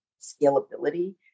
scalability